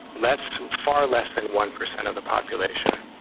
that's true. far less than one percent of the population.